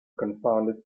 confounded